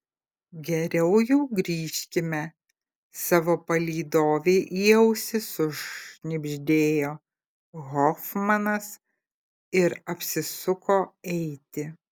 geriau jau grįžkime savo palydovei į ausį sušnibždėjo hofmanas ir apsisuko eiti